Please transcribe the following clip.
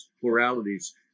pluralities